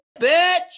bitch